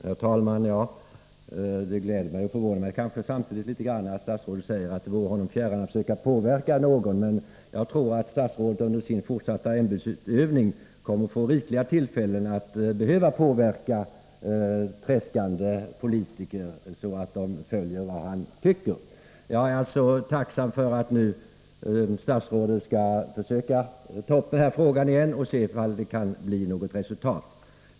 Herr talman! Det gläder mig, och förvånar mig kanske samtidigt litet grand, när statsrådet säger att det vore honom fjärran att försöka påverka någon. Men jag tror att statsrådet under sin fortsatta ämbetsutövning kommer att få rikliga tillfällen att behöva påverka tredskande politiker, så att de gör som han tycker att de bör göra. Jag är tacksam för att statsrådet nu skall försöka ta upp den här frågan igen och se om det kan bli något resultat.